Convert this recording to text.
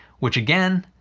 which again,